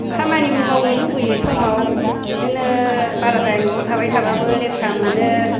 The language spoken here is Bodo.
खामानिबो मावनो लुबैयो समाव बिदिनो बाराद्राय न'आव थाबाय थाबाबो लेथ्रा मोनो